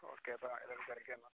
okay അപ്പം എല്ലാവരേയും തിരക്കി എന്ന്